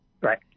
Right